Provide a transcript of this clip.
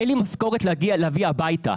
אין לי משכורת להביא הביתה,